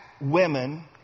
women